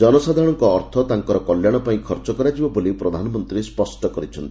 ଜନସାଧାରଣଙ୍କ ଅର୍ଥ ତାଙ୍କର କଲ୍ୟାଣ ପାଇଁ ଖର୍ଚ୍ଚ କରାଯିବ ବୋଲି ପ୍ରଧାନମନ୍ତ୍ରୀ ସ୍ୱଷ୍ଟ କରିଛନ୍ତି